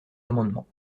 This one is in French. amendements